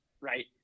right